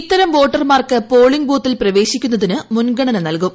ഇത്തരം വോട്ടർമാർക്ക് പോളിംഗ്പ് ബൂത്തിൽ പ്രവേശിക്കുന്നതിന് മുൻഗണ്ണിന് നൽകും